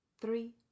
Three